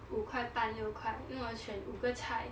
五块半六块因为我选五个菜